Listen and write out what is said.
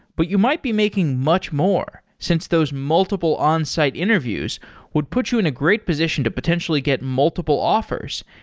but you might be making much more since those multiple onsite interviews would put you in a great position to potentially get multiple offers,